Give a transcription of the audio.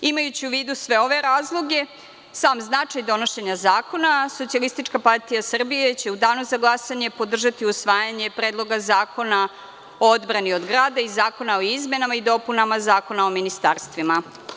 Imajući u vidu sve ove razloge, sam značaj donošenja zakona, SPS će u danu za glasanje podržati usvajanje Predloga zakona o odbrani od grada i zakona o izmenama i dopunama Zakona o ministarstvima.